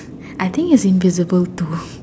I think it's invisible too